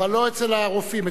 אבל לא אצל הרופאים.